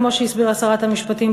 כמו שהסבירה שרת המשפטים,